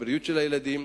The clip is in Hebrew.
בבריאות של הילדים.